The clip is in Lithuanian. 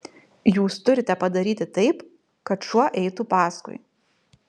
jūs turite padaryti taip kad šuo eitų paskui